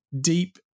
deep